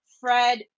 Fred